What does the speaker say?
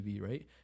right